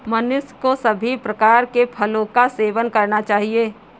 मनुष्य को सभी प्रकार के फलों का सेवन करना चाहिए